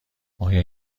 آیا